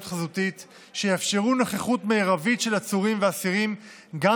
חזותית שיאפשרו נוכחות מרבית של עצורים ואסירים גם